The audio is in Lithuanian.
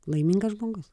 laimingas žmogus